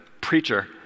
preacher